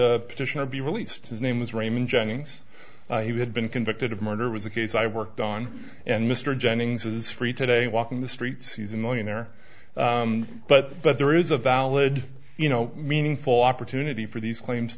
petition to be released his name is raymond jennings he had been convicted of murder was a case i worked on and mr jennings is free today walking the streets he's a millionaire but but there is a valid you know meaningful opportunity for these claims